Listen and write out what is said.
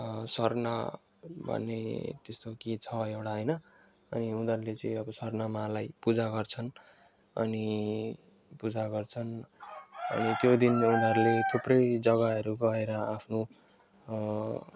सर्न भन्ने त्यस्तो के छ एउटा होइन अनि उनीहरूले चाहिँ अब सर्नमालाई पूजा गर्छन् अनि पूजा गर्छन् अनि त्यो दिन उनीहरूले थुप्रै जग्गाहरू गएर आफ्नो